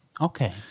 Okay